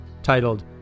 titled